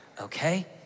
Okay